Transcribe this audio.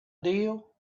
deal